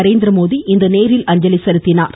நரேந்திரமோடி இன்று நேரில் அஞ்சலி செலுத்தினார்